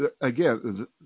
Again